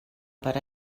per